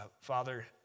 Father